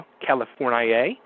California